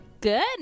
Good